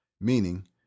meaning